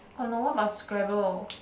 !oh no! what about Scrabble